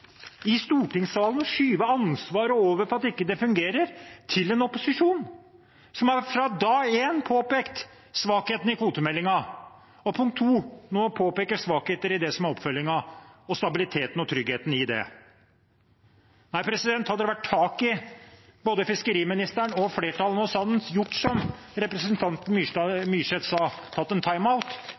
i stortingssalen å skyve ansvaret for at det ikke fungerer, over på en opposisjon som fra dag én har påpekt svakhetene i kvotemeldingen, og som nå påpeker svakheter i det som er oppfølgingen – stabiliteten og tryggheten i det. Nei, hadde det vært tak i både fiskeriministeren og flertallet nå, hadde en gjort som representanten Myrseth sa, tatt en